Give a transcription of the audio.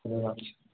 রাখছি